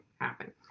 happen